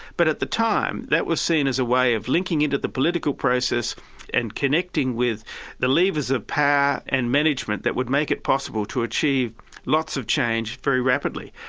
but at the time, that was seen as a way of linking into the political process and connecting with the levers of power and management that would make it possible to achieve lots of change very rapidly.